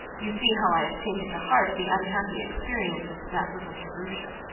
you see how i have taken to heart the unhappy experiences of that little jerusha.